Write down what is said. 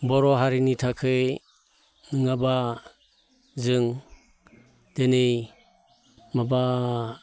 बर' हारिनि थाखै नङाब्ला जों दिनै माबा